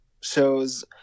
shows